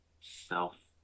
self